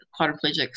quadriplegics